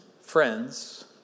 Friends